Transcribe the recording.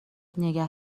نگه